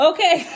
Okay